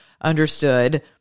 understood